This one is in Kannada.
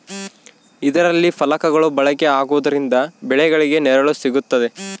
ಇದರಲ್ಲಿ ಫಲಕಗಳು ಬಳಕೆ ಆಗುವುದರಿಂದ ಬೆಳೆಗಳಿಗೆ ನೆರಳು ಸಿಗುತ್ತದೆ